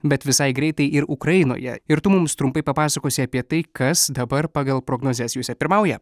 bet visai greitai ir ukrainoje ir tu mums trumpai papasakosi apie tai kas dabar pagal prognozes juose pirmauja